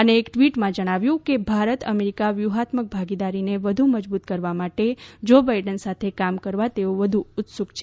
શ્રી મોદીએ ટવીટમાં જણાવ્યું કે ભારત અમેરિકા વ્યુહાત્મક ભાગીદારીને વધુ મજબૂત કરવા માટે જો બાઈડેન સાથે કામ કરવા વધુ ઉત્સુક છે